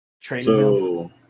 training